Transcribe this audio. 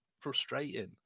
frustrating